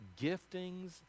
giftings